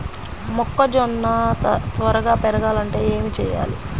మొక్కజోన్న త్వరగా పెరగాలంటే ఏమి చెయ్యాలి?